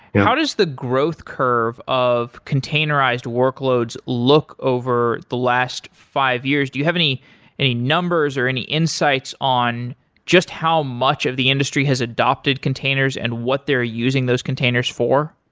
how does the growth curve of containerized workloads look over the last five years? do you have any any numbers or any insights on just how much of the industry has adopted containers and what they're using those containers for?